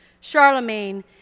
Charlemagne